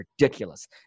ridiculous